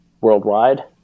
worldwide